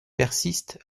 persiste